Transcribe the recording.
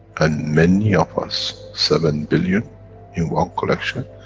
and many of us, seven billion in one collection.